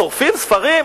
שורפים ספרים?